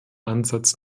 ansatz